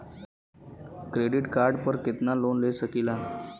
Credit card पर कितनालोन ले सकीला?